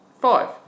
five